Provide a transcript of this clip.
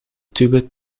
tube